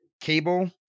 Cable